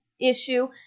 issue